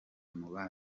mubayo